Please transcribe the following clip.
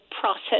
process